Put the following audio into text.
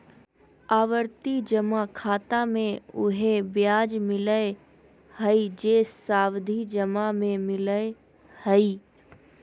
आवर्ती जमा खाता मे उहे ब्याज मिलय हइ जे सावधि जमा में मिलय हइ